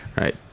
right